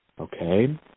Okay